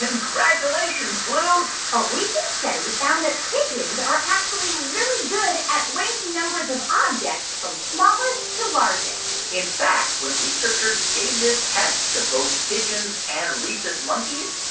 congratulations, blue a recent study found that pigeons are actually really good at ranking numbers of objects from smallest to largest in fact, when researchers gave this test to both pigeons and rhesus monkeys,